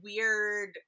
weird